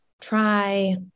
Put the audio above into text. try